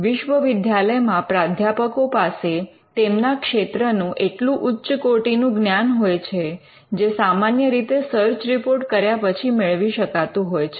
વિશ્વવિદ્યાલયમાં પ્રાધ્યાપકો પાસે તેમના ક્ષેત્રનું એટલું ઉચ્ચ કોટિનું જ્ઞાન હોય છે જે સામાન્ય રીતે સર્ચ રિપોર્ટ કર્યા પછી મેળવી શકાતું હોય છે